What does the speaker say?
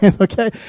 Okay